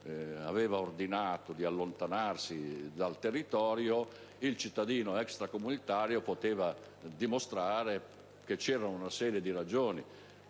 aveva ordinato di allontanarsi dal territorio, il cittadino extracomunitario poteva dimostrare che vi erano una serie di ragioni,